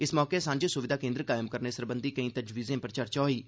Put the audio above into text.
इस मौके सांझे सुविधा केन्द्र कायम करने सरबंधी केई तजवीजें पर चर्चा कीती गेई